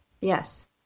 Yes